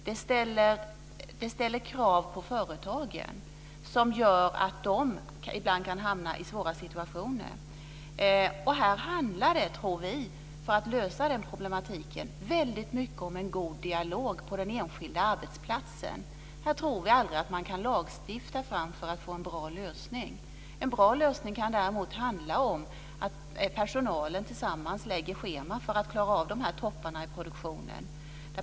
Det ställer krav på företagen som gör att de ibland kan hamna i svåra situationer. För att lösa den problematiken tror vi att det väldigt mycket handlar om en god dialog på den enskilda arbetsplatsen. Här kan man aldrig lagstifta fram en bra lösning. En bra lösning kan däremot handla om att personalen tillsammans lägger schema för att klara av topparna i produktionen.